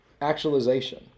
actualization